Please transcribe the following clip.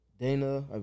Dana